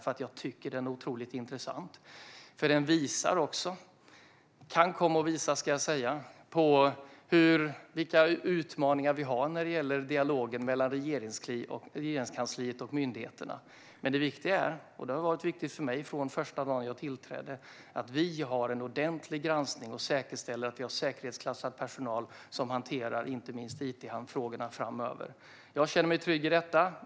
Jag tycker nämligen att den är otroligt intressant, för den kan komma att visa vilka utmaningar vi har när det gäller dialogen mellan Regeringskansliet och myndigheterna. Det har för mig från första dagen när jag tillträdde varit viktigt att det sker en ordentlig granskning som säkerställer att det finns säkerhetsklassad personal som hanterar inte minst it-frågorna framöver. Jag känner mig trygg i detta.